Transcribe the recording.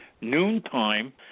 noontime